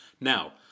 Now